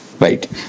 right